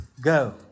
go